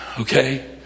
okay